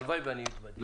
הלוואי ואתבדה,